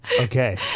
Okay